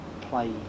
play